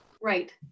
right